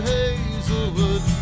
Hazelwood